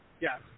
Yes